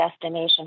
destination